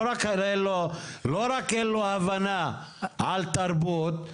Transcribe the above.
לא רק אין לו הבנה על תרבות,